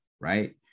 Right